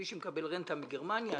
מי שמקבל רנטה מגרמניה,